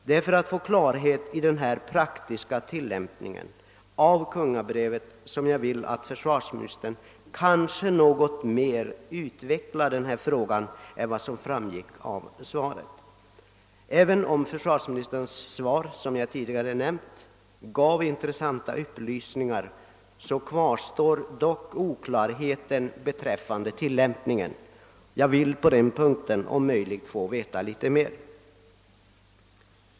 Det är för att få klarhet i den praktiska tillämpningen av kungabrevet som jag skulle önska att försvarsministern något mer ville utveckla denna fråga än vad han gjort i sitt svar. Även om svaret, såsom jag tidigare nämnt, gav intressanta upplysningar kvarstår oklarheten beträffande tillämpningen. Jag vill på denna punkt om möjligt få veta något mera.